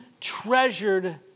treasured